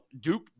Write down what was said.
Duke